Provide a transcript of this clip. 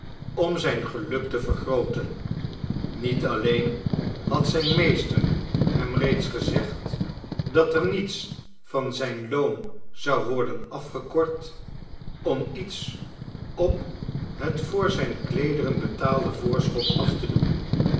om zijn geluk te vergrooten niet alleen had zijn meester hem reeds gezegd dat er niets van zijn loon zou worden afgekort om iets op het voor zijne kleederen betaalde voorschot af te doen